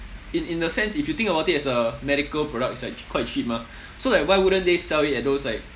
in in the sense if you think about it as a medical product it's like quite cheap mah so like why wouldn't they sell it at those like